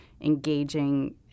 engaging